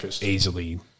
easily